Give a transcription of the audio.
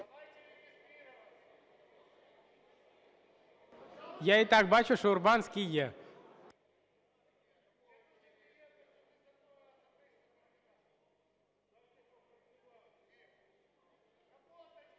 Я і так бачу, що Урбанський є.